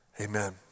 Amen